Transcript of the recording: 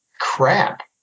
crap